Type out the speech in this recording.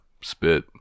spit